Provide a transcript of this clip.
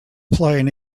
playing